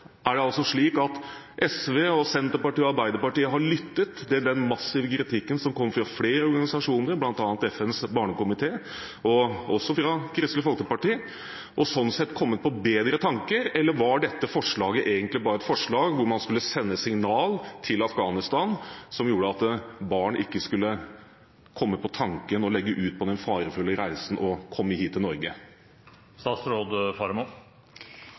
lyttet til den massive kritikken som kom fra flere organisasjoner, bl.a. FNs barnekomité, og fra Kristelig Folkeparti, og sånn sett kommet på bedre tanker, eller var dette forslaget egentlig bare et forslag som skulle sende et signal til Afghanistan, slik at barn ikke skulle komme på tanken å legge ut på den farefulle reisen og komme hit til Norge?